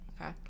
okay